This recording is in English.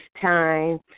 time